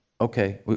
Okay